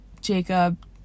Jacob